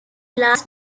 last